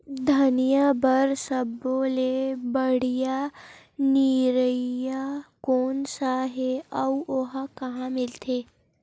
धनिया बर सब्बो ले बढ़िया निरैया कोन सा हे आऊ ओहा कहां मिलथे?